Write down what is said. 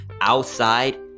outside